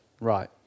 right